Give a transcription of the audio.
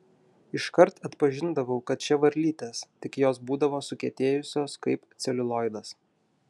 iškart atpažindavau kad čia varlytės tik jos būdavo sukietėjusios kaip celiulioidas